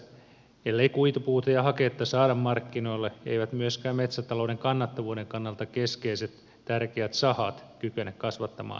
ellei kuitupuuta ja haketta saada markkinoille eivät myöskään metsätalouden kannattavuuden kannalta keskeiset tärkeät sahat kykene kasvattamaan tuotantoaan